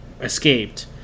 escaped